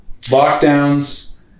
lockdowns